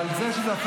אבל לא הייתה קריאה.